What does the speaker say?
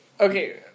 okay